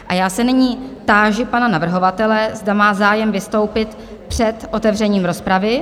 A já se nyní táži pana navrhovatele, zda má zájem vystoupit před otevřením rozpravy?